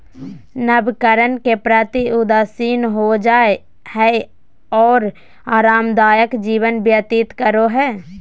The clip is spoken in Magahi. नवकरण के प्रति उदासीन हो जाय हइ और आरामदायक जीवन व्यतीत करो हइ